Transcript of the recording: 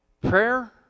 prayer